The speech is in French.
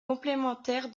complémentaire